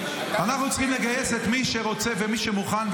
אנחנו צריכים לגייס את מי שרוצה ואת מי שמוכן,